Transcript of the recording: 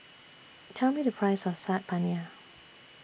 Tell Me The Price of Saag Paneer